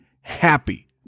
happy